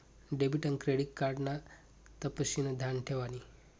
debit आन credit card ना तपशिनी ध्यान ठेवानी